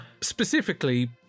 specifically